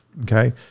okay